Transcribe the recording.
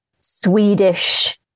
Swedish